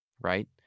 right